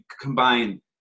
combine